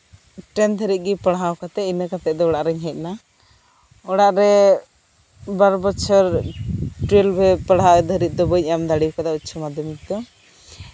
ᱴᱮᱱ ᱫᱷᱟᱹᱨᱤᱡ ᱜᱮ ᱯᱟᱲᱦᱟᱣ ᱠᱟᱛᱮ ᱤᱱᱟᱹ ᱠᱟᱛᱮ ᱫᱚ ᱚᱲᱟᱜ ᱨᱤᱧ ᱦᱮᱡ ᱮᱱᱟ ᱚᱲᱟᱜ ᱨᱮ ᱵᱟᱨ ᱵᱚᱪᱷᱚᱨ ᱴᱩᱭᱮᱞᱵᱷ ᱯᱟᱲᱦᱟᱣ ᱫᱷᱟᱹᱨᱤᱡ ᱫᱚ ᱵᱟᱹᱧ ᱮᱢ ᱫᱟᱲᱮᱣᱟᱠᱟᱫᱟ ᱩᱪᱪᱚᱢᱟᱫᱽᱫᱷᱚᱢᱤᱠ ᱫᱚ